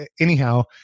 anyhow